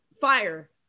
Fire